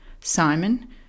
Simon